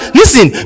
listen